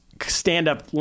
stand-up